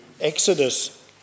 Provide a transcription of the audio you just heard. Exodus